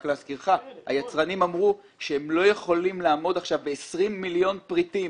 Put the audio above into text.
היצרנים אמרו שהם לא יכולים לעמוד ב-20 מיליון פריטים.